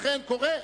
לכן, קורה.